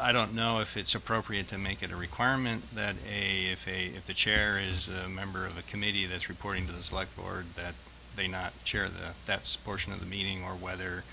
i don't know if it's appropriate to make it a requirement that a day if the chair is a member of a committee that is reporting to this like board that they not chair that that sportsman of the meeting or whether